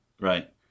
right